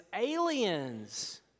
aliens